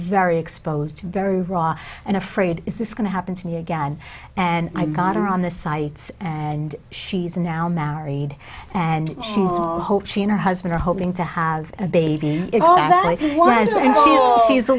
very exposed very raw and afraid is this going to happen to me again and i got her on the sites and she's now married and i hope she and her husband are hoping to have a baby